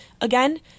Again